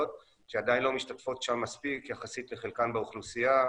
שעדיין לא משתתפות שם מספיק יחסית לחלקן באוכלוסייה,